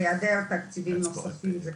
בהעדר תקציבים נוספים.